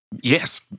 Yes